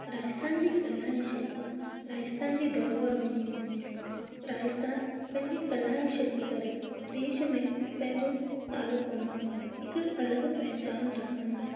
राजस्थान जी कला ऐं शिल्प राजस्थान जी धरोहर मञी वेंदी आहे राजस्थान पंहिंजी कला ऐं शिल्प करे देश में पंहिंजो नालो कमायो आहे हिकु अलॻि पहचान रखंदो आहे